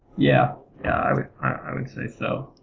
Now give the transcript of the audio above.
yeah, yeah i would say so.